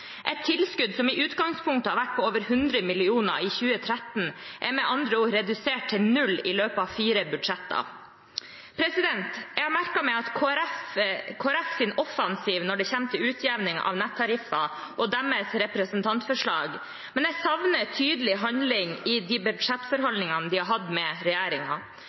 Et tilskudd som i utgangspunktet har vært på over 100 mill. kr i 2013, er med andre ord redusert til null i løpet av fire budsjetter. Jeg har merket meg Kristelig Folkepartis offensiv når det gjelder utjevning av nettariffer, og deres representantforslag, men jeg savner tydelig handling i de budsjettforhandlingene de har hatt med